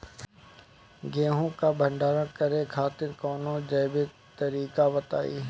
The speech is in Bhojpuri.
गेहूँ क भंडारण करे खातिर कवनो जैविक तरीका बताईं?